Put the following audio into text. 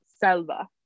Selva